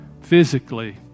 physically